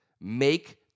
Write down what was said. make